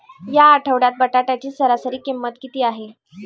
या आठवड्यात बटाट्याची सरासरी किंमत किती आहे?